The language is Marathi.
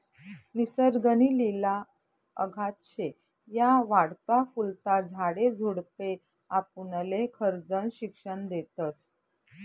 निसर्ग नी लिला अगाध शे, या वाढता फुलता झाडे झुडपे आपुनले खरजनं शिक्षन देतस